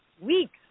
weeks